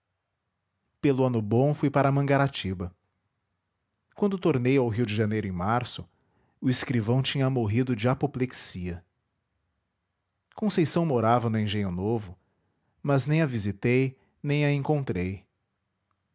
véspera pelo ano-bom fui para mangaratiba quando tornei ao rio de janeiro em março o escrivão tinha morrido de apoplexia conceição morava no engenho novo mas nem a visitei nem a encontrei